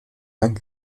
lange